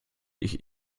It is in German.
ich